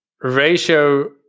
Ratio